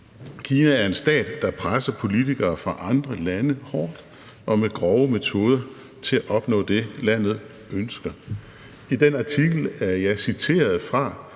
Kina er en stat, der presser politikere fra andre lande hårdt og med grove metoder til at opnå det, som landet ønsker. I den artikel, jeg citerede fra,